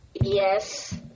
Yes